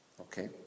Okay